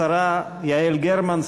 השרה יעל גרמן,